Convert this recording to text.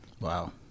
Wow